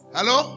Hello